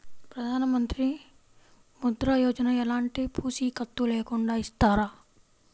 ప్రధానమంత్రి ముద్ర యోజన ఎలాంటి పూసికత్తు లేకుండా ఇస్తారా?